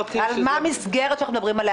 מה המסגרת שאנחנו מדברים עליה,